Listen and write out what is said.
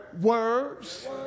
Words